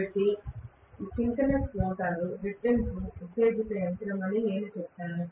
కాబట్టి synchronous motor రెట్టింపు ఉత్తేజిత యంత్రం అని నేను చెబుతాను